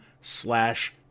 slash